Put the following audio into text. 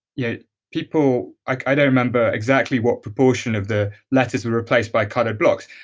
yeah people. i don't remember exactly what proportion of the letters were replaced by colored blocks,